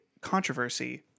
controversy